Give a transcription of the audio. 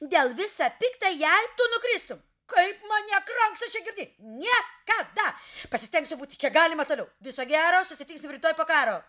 dėl visa pikta jei tu nukristum kaip mane kranksinčią girdi niekada pasistengsiu būti kiek galima toliau viso gero susitiksime rytoj po karo